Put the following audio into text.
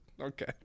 Okay